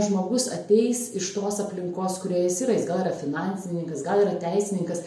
žmogus ateis iš tos aplinkos kurioje jis yra gal yra finansininkas gal yra teisininkas